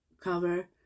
cover